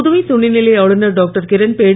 புதுவை துணைநிலை ஆளுநர் டாக்டர் கிரண்பேடி